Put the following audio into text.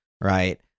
right